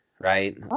right